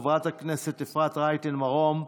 את הצעת החוק חברת הכנסת אפרת רייטן מרום,